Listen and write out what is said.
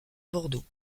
bordeaux